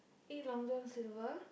eat Long-John-Silver